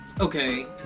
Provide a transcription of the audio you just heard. Okay